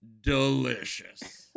Delicious